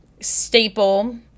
staple